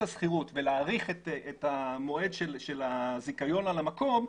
השכירות ולהאריך את המועד של הזיכיון על המקום,